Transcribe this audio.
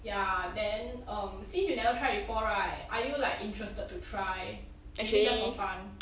ya then um since you never try before right are you like interested to try maybe just for fun